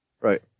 Right